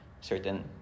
certain